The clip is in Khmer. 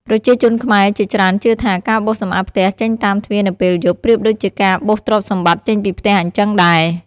ប្រជាជនខ្មែរជាច្រើនជឿថា ការបោសសម្អាតផ្ទះចេញតាមទ្វារនៅពេលយប់ ប្រៀបដូចជាការបោសទ្រព្យសម្បត្តិចេញពីផ្ទះអញ្ចឹងដែរ។